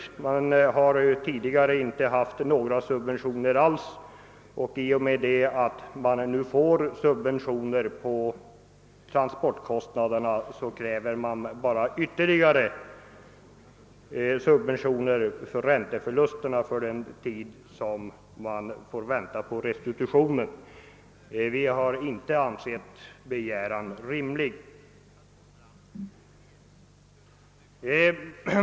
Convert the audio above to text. Tidigare har det inte funnits några subventioner alls, och när sådana nu införs krävs ytterligare subventioner för ränteförlusterna under den tid man får vänta på restitutionen. Utskottet har inte ansett denna begäran rimlig.